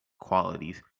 qualities